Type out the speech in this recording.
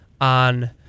on